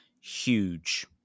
huge